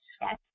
Yes